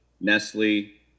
Nestle